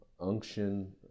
unction